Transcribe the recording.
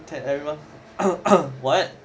tell everyone what